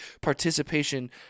participation